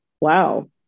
wow